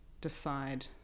decide